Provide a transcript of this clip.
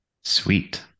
sweet